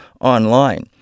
online